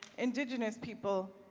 indigenous people,